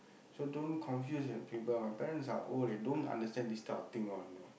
so don't confused my parents are old and don't understand this type of thing all know